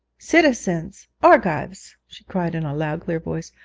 citizens! argives she cried in a loud clear voice,